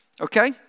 Okay